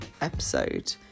episode